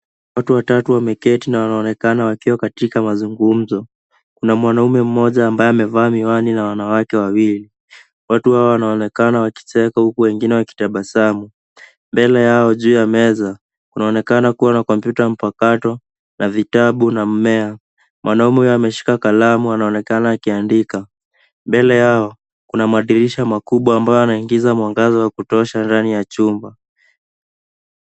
Watoto watatu wameketi na wanaonekana wakiwa katika mazungumzo. Kuna mwanaume mmoja ambaye amevaa miwani na wanawake wawili, watu hawa wanaonekana wakicheka huku wengine wakitabasamu. Mbele yao juu ya meza kunaonekana kua na kompyuta mpakato na vitabu na mmea. Mwanaume huyu ameshika kalamu anaonekana akiandika. Mbele yao kuna madirisha makubwa ambayo yanaingiza mwangaza wa kutosha ndani ya chumba.